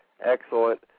excellent